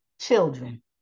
children